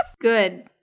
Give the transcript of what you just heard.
Good